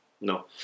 No